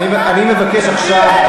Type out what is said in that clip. אני מבקש עכשיו,